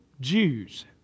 Jews